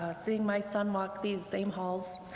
seeing my son walk these same halls.